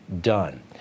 done